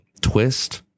twist